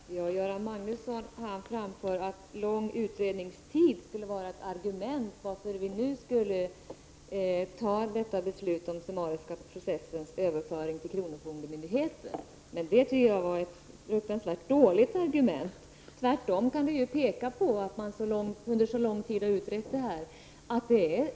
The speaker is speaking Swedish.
Herr talman! Göran Magnusson framhåller att lång utredningstid skulle vara ett argument för att vi nu skulle fatta beslut om den summariska processens överföring till kronofogdemyndigheten. Det tycker jag var ett fruktansvärt dåligt argument. Tvärtom kan man peka på att det är ett stort problem, eftersom man har utrett det under så lång tid.